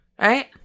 right